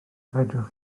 fedrwch